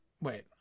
wait